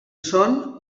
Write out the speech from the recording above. són